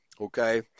okay